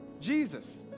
Jesus